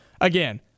Again